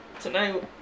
Tonight